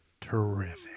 terrific